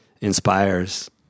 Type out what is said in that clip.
inspires